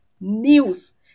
news